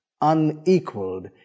unequaled